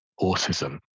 autism